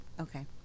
Okay